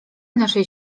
naszej